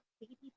baby